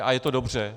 A je to dobře.